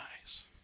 eyes